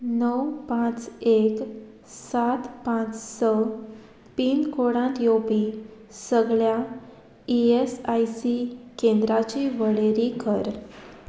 णव पांच एक सात पांच स पिनकोडांत येवपी सगळ्या ई एस आय सी केंद्राची वळेरी कर